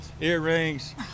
earrings